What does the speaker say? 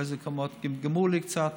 באיזה מקומות גמגמו לי קצת.